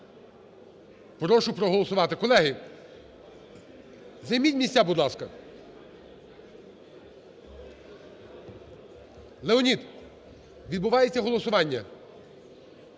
прошу проголосувати. Колеги, займіть місця, будь ласка. Леонід, відбувається голосування.